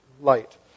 light